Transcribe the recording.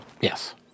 Yes